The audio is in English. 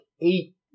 eight